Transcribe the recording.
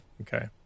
okay